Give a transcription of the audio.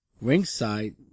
ringside